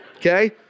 Okay